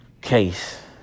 case